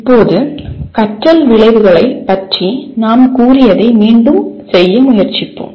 இப்போது கற்றல் விளைவுகளைப் பற்றி நாம் கூறியதை மீண்டும் செய்ய முயற்சிப்போம்